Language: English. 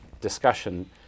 discussion